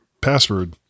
password